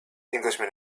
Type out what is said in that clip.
englishman